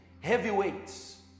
Heavyweights